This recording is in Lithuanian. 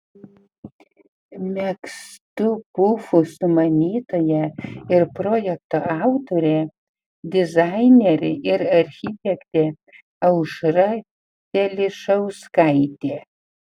megztų pufų sumanytoja ir projekto autorė dizainerė ir architektė aušra telišauskaitė